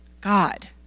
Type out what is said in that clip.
God